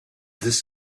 this